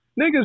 Niggas